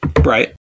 Right